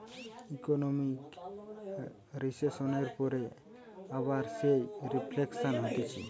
economic রিসেসনের পরে আবার যেই রিফ্লেকশান হতিছে